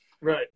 Right